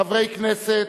חברי כנסת,